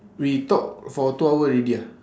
we talk for two hour already ah